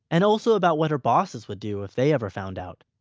and also about what her bosses would do, if they ever found out.